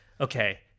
okay